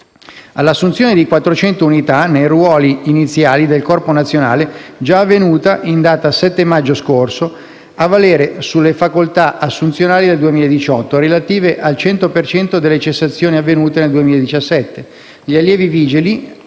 all'assunzione di 400 unità nei ruoli iniziali del Corpo nazionale, già avvenuta in data 7 maggio scorso, a valere sulle facoltà assunzionali del 2018 relative al cento per cento delle cessazioni avvenute nel 2017: gli allievi vigili